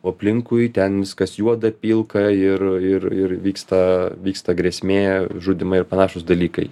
o aplinkui ten viskas juoda pilka ir ir ir vyksta vyksta grėsmė žudymai ir panašūs dalykai